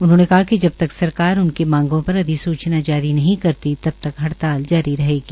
उन्होंने कहा कि जब तक सरकार उनकी मांगों पर अधिसूचना जारी नहीं करती तब तक हड़ताल जारी रहेगी